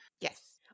Yes